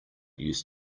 used